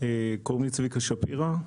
קוראים לי צביקה שפירא,